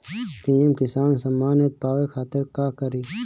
PM Kisan Samman Nidhi पावे खातिर का करी?